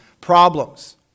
problems